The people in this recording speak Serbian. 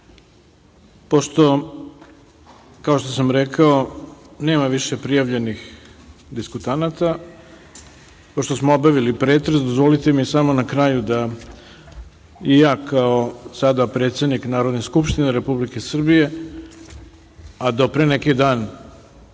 kao što sam rekao, nema više prijavljenih diskutanata, pošto smo obavili pretres, dozvolite mi samo na kraju da i ja kao sada predsednik Narodne skupštine Republike Srbije, a do pre neki dan